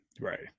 Right